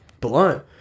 blunt